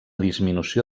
disminució